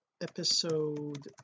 Episode